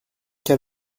qu’à